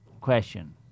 question